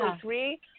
three